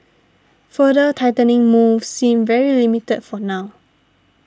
further tightening moves seem very limited for now